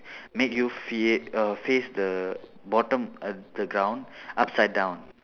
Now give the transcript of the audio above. make you fe~ uh face the bottom uh the ground upside down